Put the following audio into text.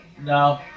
No